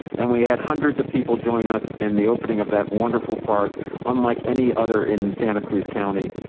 and we had hundreds of people join us in the opening of that wonderful park unlike any other in santa cruz county.